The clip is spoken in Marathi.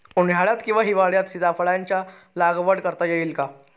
उन्हाळ्यात किंवा हिवाळ्यात सीताफळाच्या लागवड करता येईल का?